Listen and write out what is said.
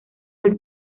del